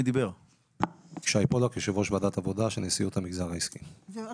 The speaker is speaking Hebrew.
השי לחג לפי